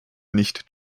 nicht